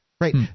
Right